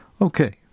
Okay